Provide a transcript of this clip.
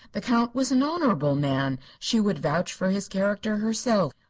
the count was an honorable man she would vouch for his character herself.